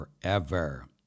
forever